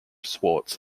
swartz